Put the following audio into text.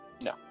No